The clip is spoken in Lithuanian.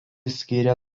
skyrė